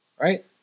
Right